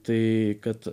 tai kad